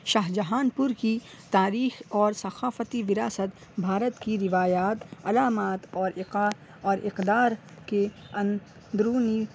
شاہ جہان پور کی تاریخ اور ثقافتی وراثت بھارت کی روایات علامات اور اور اقدار کی اندرونی